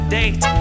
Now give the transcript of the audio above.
date